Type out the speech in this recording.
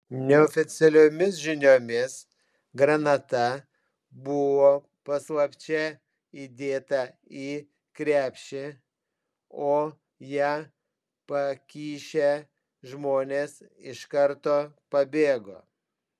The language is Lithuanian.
neoficialiomis žiniomis granata buvo paslapčia įdėta į krepšį o ją pakišę žmonės iš karto pabėgo